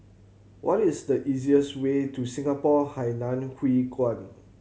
what is the easiest way to Singapore Hainan Hwee Kuan